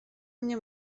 mnie